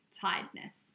tiredness